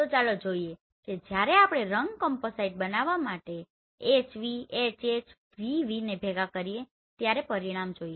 તો ચાલો જોઈએ કે જ્યારે આપણે રંગ કામ્પોસાઈટ બનાવવા માટે HV HH VV ને ભેગા કરીએ ત્યારે પરિણામ જોઈએ